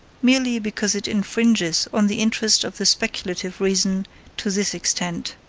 merely because it infringes on the interest of the speculative reason to this extent,